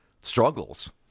struggles